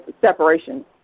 separation